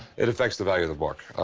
it affects the value of the book.